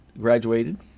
graduated